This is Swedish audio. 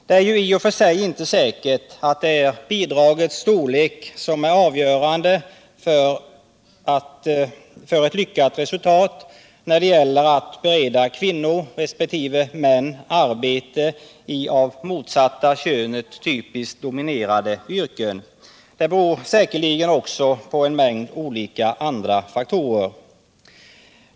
Det är ju i och för sig inte säkert att det är bidragets storlek som är avgörande för ett lyckat resultat när det gäller att bereda kvinnor resp. män arbete i av motsatta könet typiskt dominerade yrken. Det beror säkerligen också på en mängd andra faktorer.